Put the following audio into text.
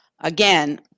again